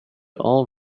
all